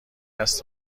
است